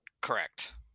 Correct